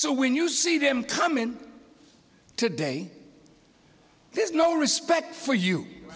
so when you see them come in today there's no respect for you